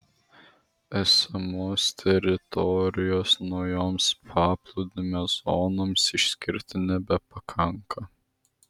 esamos teritorijos naujoms paplūdimio zonoms išskirti nebepakanka